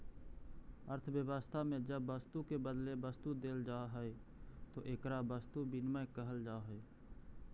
अर्थव्यवस्था में जब वस्तु के बदले वस्तु देल जाऽ हई तो एकरा वस्तु विनिमय कहल जा हई